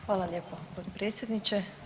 Hvala lijepo potpredsjedniče.